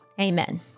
Amen